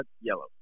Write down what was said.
Yellow